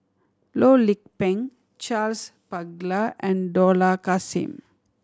Loh Lik Peng Charles Paglar and Dollah Kassim